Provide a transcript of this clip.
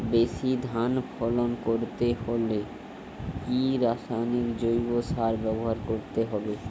বেশি ধান ফলন করতে হলে কি রাসায়নিক জৈব সার ব্যবহার করতে হবে?